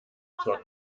zwar